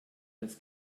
das